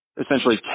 essentially